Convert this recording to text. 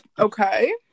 Okay